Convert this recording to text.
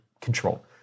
control